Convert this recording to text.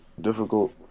difficult